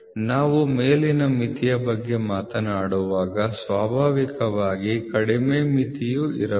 ನಾವು ಮೇಲಿನ ಮಿತಿಯ ಬಗ್ಗೆ ಮಾತನಾಡುವಾಗ ಸ್ವಾಭಾವಿಕವಾಗಿ ಕಡಿಮೆ ಮಿತಿಯೂ ಇರಬೇಕು